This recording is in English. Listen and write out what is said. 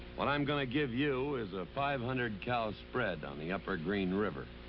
what i'm going to give you. is a five hundred cow spread on the upper green river.